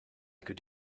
could